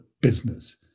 business